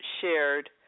shared